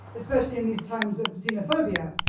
especially in these times of xenophobia.